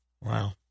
Wow